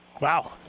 Wow